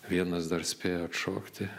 vienas dar spėjo atšokti